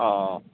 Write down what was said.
অঁ